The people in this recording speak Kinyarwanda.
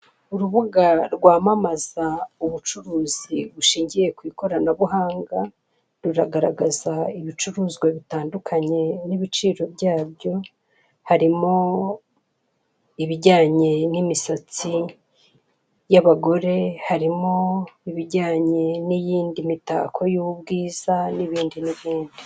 Urubuga rw'amamaza ubucuruzi bushingiye ku ikoranabuhanga ruragaragaza ibicuruzwa bitandukanye n'ibiciro byabyo, harimo ibijyanye n'imisatsi y'abagore, barimo ibijyanye n'ibindi mitako y'ubwiza...